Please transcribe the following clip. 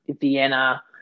Vienna